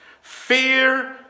Fear